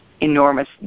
enormous